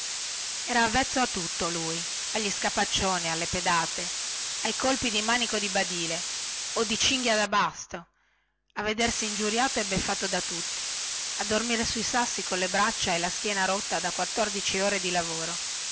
era avvezzo a tutto lui agli scapaccioni alle pedate ai colpi di manico di badile o di cinghia da basto a vedersi ingiuriato e beffato da tutti a dormire sui sassi colle braccia e la schiena rotta da quattordici ore di lavoro